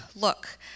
Look